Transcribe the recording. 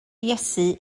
iesu